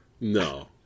no